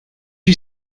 you